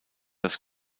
dass